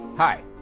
Hi